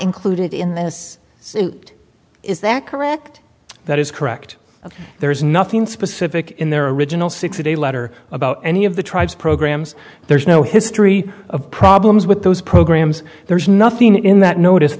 included in this is that correct that is correct there is nothing specific in their original six and a letter about any of the tribes programs there's no history of problems with those programs there's nothing in that notice